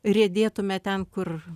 riedėtumėme ten kur